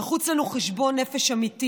נחוץ לנו חשבון נפש אמיתי